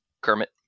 Kermit